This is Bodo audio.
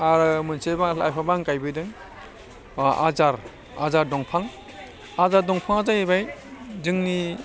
आरो मोनसे बा लाइफां आं गायबोदों आजार आजार दंफां आजार दंफाङा जाहैबाय जोंनि